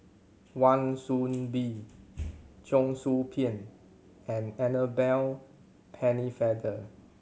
Wan Soon Bee Cheong Soo Pieng and Annabel Pennefather